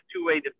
two-way